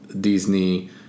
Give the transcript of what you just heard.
Disney